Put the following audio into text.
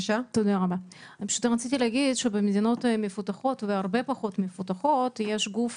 להגיד שבמדינות מפותחות והרבה פחות מפותחות יש גוף